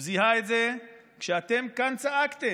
הוא זיהה את זה כשאתם כאן צעקתם: